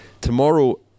tomorrow